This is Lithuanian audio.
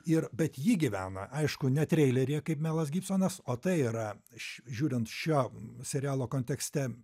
ir bet ji gyvena aišku ne treileryje kaip melas gibsonas o tai yra š žiūrint šio serialo kontekste